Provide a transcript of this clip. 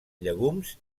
llegums